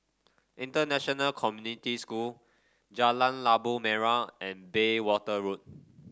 International Community School Jalan Labu Merah and Bayswater Road